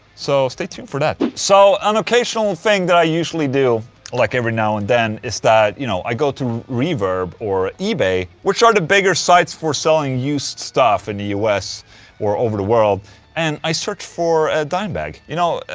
so stay tuned for that. so an occasional and thing that i usually do like every now and then is that. you know, i go to reverb or ebay which are the bigger sites for selling used stuff in the us or world and i search for dimebag. you know,